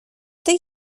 tej